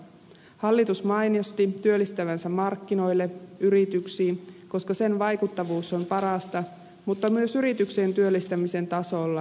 hallitus mainosti työllistävänsä markkinoille yrityksiin koska sen vaikuttavuus on parasta mutta myös yrityksien työllistämisen taso on laskenut